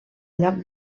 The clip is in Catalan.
lloc